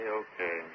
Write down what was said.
okay